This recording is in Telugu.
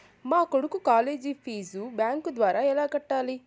మా కొడుకు కాలేజీ ఫీజు బ్యాంకు ద్వారా ఎలా కట్టాలి?